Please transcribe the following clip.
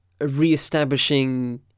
re-establishing